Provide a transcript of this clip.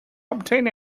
obtain